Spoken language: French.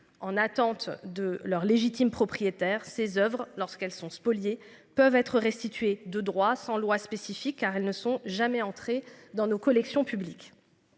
en attente de leur légitime propriétaire ses Oeuvres lorsqu'elles sont spoliés peuvent être restituées de droit sans loi spécifique car elles ne sont jamais entrer dans nos collections publiques.